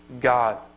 God